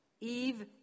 Eve